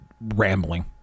rambling